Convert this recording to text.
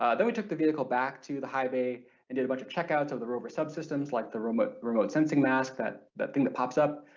ah then we took the vehicle back to the high bay and did a bunch of checkouts of the rover subsystems like the remote remote sensing mask that that thing that pops up,